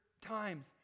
times